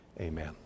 Amen